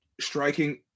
striking